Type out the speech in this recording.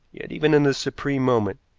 yet even in this supreme moment,